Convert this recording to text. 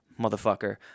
motherfucker